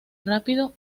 rápido